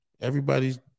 Everybody's